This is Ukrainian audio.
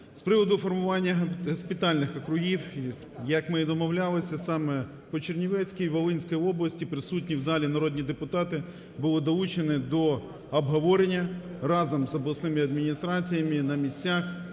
З приводу формування госпітальних округів. Як ми і домовлялися, саме по Чернівецькій і Волинській області присутні в залі народні депутати були долучені до обговорення разом з обласними адміністраціями на місцях